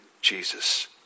Jesus